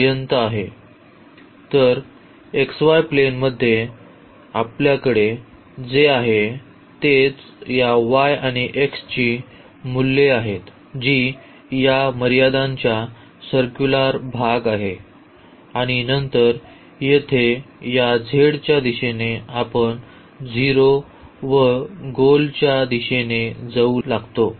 तर xy प्लेनमध्ये आपल्याकडे जे आहे तेच या y आणि x ची मूल्ये आहेत जी या मर्यादांचा सर्क्युलर भाग आहे आणि नंतर येथे या z च्या दिशेने आपण 0 व गोलच्या दिशेने जाऊ लागतो